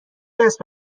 دست